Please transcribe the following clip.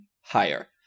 higher